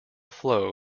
flow